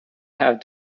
have